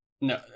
No